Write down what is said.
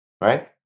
Right